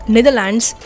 Netherlands